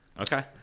Okay